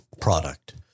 product